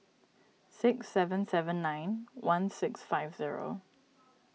six seven seven nine one six five zero